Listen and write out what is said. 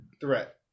threat